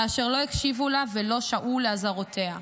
כאשר לא הקשיבו לה ולא שעו לאזהרותיה.